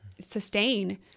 sustain